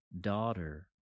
daughter